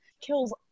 kills